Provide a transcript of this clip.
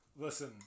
listen